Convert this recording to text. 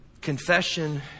Confession